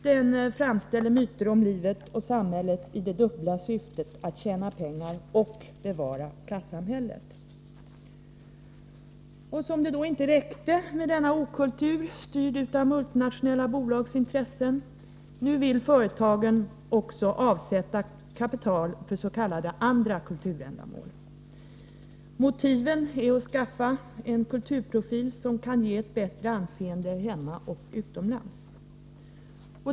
Den framställer myter om livet och samhället i det dubbla syftet att tjäna pengar och bevara klassamhället. Och som om det inte räckte med denna okultur, styrd av multinationella bolags intressen, så vill företagen också nu avsätta kapital för s.k. andra kulturändamål. Motivet är att skaffa en kulturprofil som kan ge ett bättre anseende hemma och utomlands.